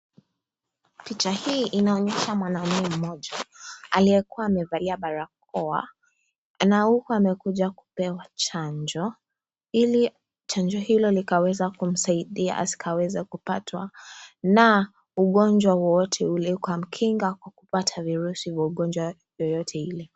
Picha hii inaonyesha mwanaume mmoja aliyekuwa amevalia barakoa na huku amekuja kupewa chanjo ili chanjo hilo likaweza kumsaidia asikaweze kupatwa na ugonjwa wowote ule. Ikamkinga kwa kupata virusi vya ugonjwa yoyote ile.